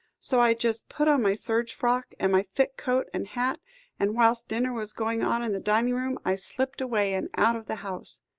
so i just put on my serge frock, and my thick coat and hat and whilst dinner was going on in the dining-room, i slipped away, and out of the house.